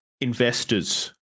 investors